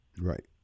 Right